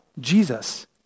Jesus